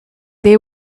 they